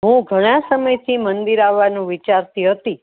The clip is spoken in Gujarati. હું ઘણા સમયથી મંદિર આવવાનું વિચારતી હતી